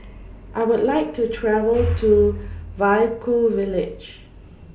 I Would like to travel to Vaiaku Village